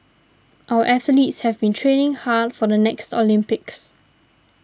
our athletes have been training hard for the next Olympics